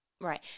Right